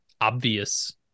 obvious